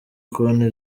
konti